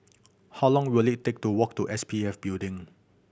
how long will it take to walk to S P F Building